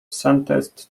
sentenced